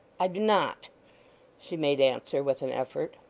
i do not she made answer with an effort.